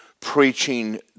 preaching